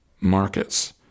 markets